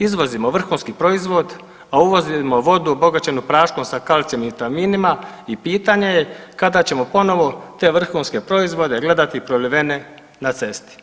Izvozimo vrhunski proizvod, a uvozimo vodu obogaćenu praškom sa kalcij vitaminima i pitanje je kada ćemo ponovo te vrhunske proizvode gledati prolivene na cesti.